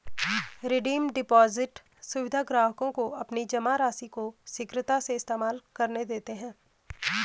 redeem deposit सुविधा ग्राहकों को अपनी जमा राशि को शीघ्रता से इस्तेमाल करने देते है